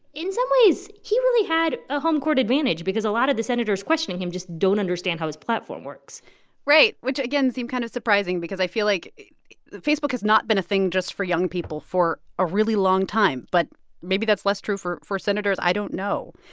in some ways, he really had a home court advantage because a lot of the senators questioning him just don't understand how his platform works right, which, again, seem kind of surprising because i feel like facebook has not been a thing just for young people for a really long time. but maybe that's less true for for senators. i don't know.